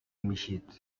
میشید